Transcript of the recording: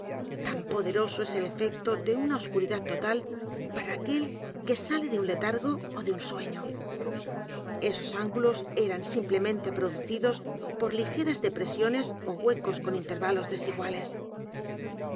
tan poderoso es el efecto de una oscuridad total p a r a aquel que sale de un letargo ó de un sueño esos ángulos eran simplemente producidos por ligeras depresiones ó huecos con intervalos desiguales